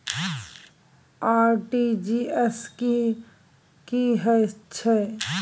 RTG S की है छै?